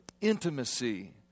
intimacy